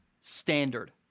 standard